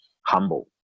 humble